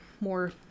more